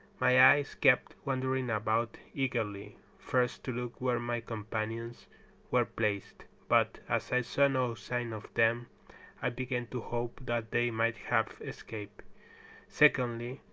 my eyes kept wandering about eagerly, first to look where my companions were placed, but as i saw no sign of them i began to hope that they might have escaped secondly,